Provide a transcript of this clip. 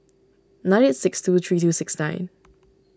nine eight six two three two six nine